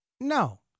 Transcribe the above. No